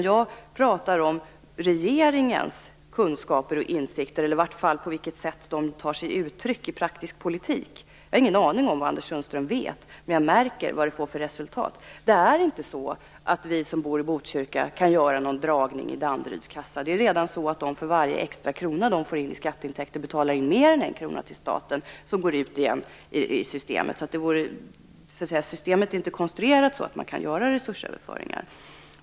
Jag talar om regeringens kunskaper och insikter, i vart fall på vilket sätt de tar sig uttryck i praktiskt politik. Jag har ingen aning om vad Anders Sundström vet, men jag märker vad det får för resultat. Det är inte så att vi som bor i Botkyrka kan göra någon dragning i Danderyds kassa. Det är redan så att man där för varje extra krona man får in i intäkter betalar in mer än en krona till staten som går ut igen i systemet. Systemet är inte konstruerat så att man kan göra resursöverföringar.